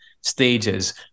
stages